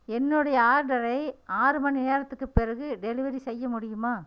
என்னுடைய ஆர்டரை ஆறு மணி நேரத்துக்குப் பிறகு டெலிவரி செய்ய முடியுமா